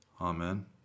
Amen